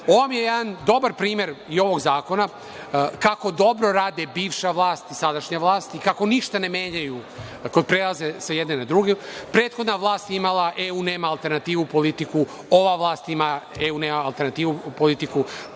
je jedan dobar primer i ovog zakona kako dobro rade bivša vlast i sadašnja vlast i kako ništa ne menjaju kada prelaze sa jedne na drugu. Prethodna vlast je imala – EU nema alternativu politiku, ova vlast ima EU nema alternativu politiku,